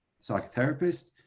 psychotherapist